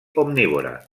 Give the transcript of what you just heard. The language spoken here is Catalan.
omnívora